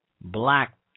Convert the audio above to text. black